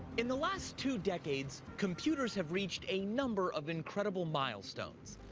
in the last two decades computers have reached a number of incredible milestones.